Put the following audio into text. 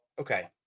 Okay